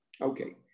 Okay